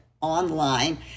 online